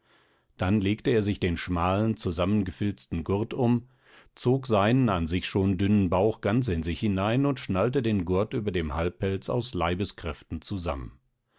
dann legte er sich den schmalen zusammengefilzten gurt um zog seinen an sich schon dünnen bauch ganz in sich hinein und schnallte den gurt über dem halbpelz aus leibeskräften zusammen